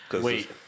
Wait